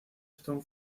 stone